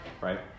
right